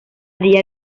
día